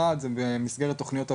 מקור אחד זה במסגרת תוכניות הוותמ"ל,